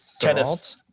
Kenneth